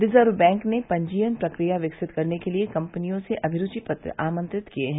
reserve bank ने पंजीयन प्रक्रिया विकसित करने के लिए कंपनियों से अभिरुचि पत्र आमंत्रित किये हैं